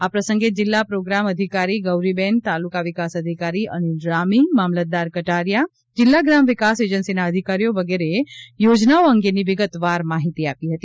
આ પ્રસંગે જિલ્લા પ્રોગામ અધિકારી ગૌરીબેન તાલુકા વિકાસ અધિકારી અનીલ રામી મામલતદાર કટારીયા જિલ્લા ગ્રામ વિકાસ એજન્સીના અધિકારીઓ વગેરેએ યોજનાઓ અંગેની વિગતવાર માહિતી આપી હતી